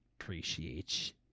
appreciate